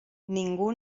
ningú